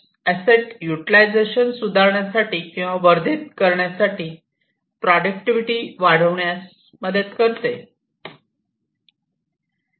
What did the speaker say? asset utilisation सुधारण्यासाठी किंवा वर्धित करण्यात आणि प्रॉटडक्टिविटी वाढविण्यात मदत करते